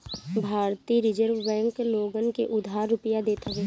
भारतीय reserve bank लोगन के उधार रुपिया देत हवे